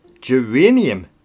geranium